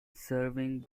serving